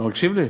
אתה מקשיב לי?